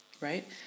Right